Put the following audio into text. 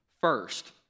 first